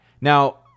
now